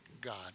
God